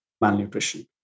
malnutrition